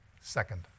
second